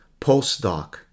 postdoc